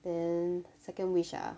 then second wish ah